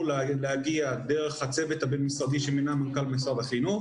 להגיע דרך הצוות הבין-משרדי שמינה מנכ"ל משרד החינוך,